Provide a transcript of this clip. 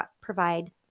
provide